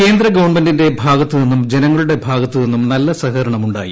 കേന്ദ്രഗവൺമെന്റിന്റെ ഭാഗത്തുനിന്നും ജനങ്ങളുടെ ഭാഗത്തുനിന്നും നല്ല സഹകരണമുണ്ടായി